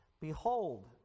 Behold